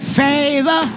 favor